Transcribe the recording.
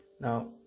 Now